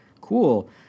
cool